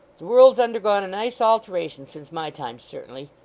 the world's undergone a nice alteration since my time, certainly.